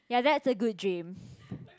ya that's a good dream